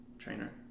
Trainer